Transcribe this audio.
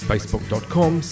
Facebook.com